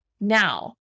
Now